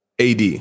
AD